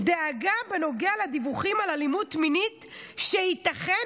דאגה בנוגע לדיווחים על אלימות מינית שייתכן